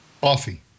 Coffee